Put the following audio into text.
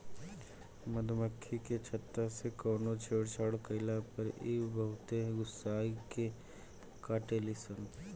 मधुमखी के छत्ता से कवनो छेड़छाड़ कईला पर इ बहुते गुस्सिया के काटेली सन